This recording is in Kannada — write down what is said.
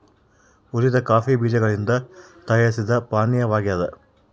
ಹುರಿದ ಕಾಫಿ ಬೀಜಗಳಿಂದ ತಯಾರಿಸಿದ ಪಾನೀಯವಾಗ್ಯದ